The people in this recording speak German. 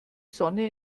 sonne